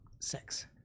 six